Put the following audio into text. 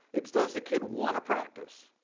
it's does the kid want to practice.